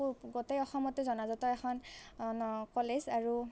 গো গোটেই অসমতে জনাজাত এখন কলেজ আৰু